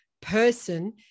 person